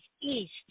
East